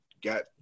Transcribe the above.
got